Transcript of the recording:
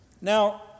Now